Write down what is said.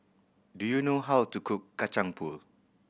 do you know how to cook Kacang Pool